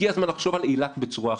הגיע הזמן לחשוב על אילת בצורה אחרת,